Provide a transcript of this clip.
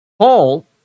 Paul